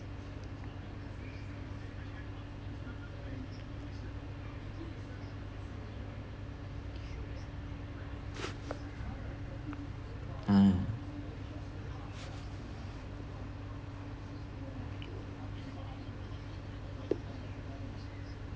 ah